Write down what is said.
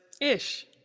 ish